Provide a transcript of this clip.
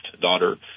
daughter